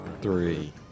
Three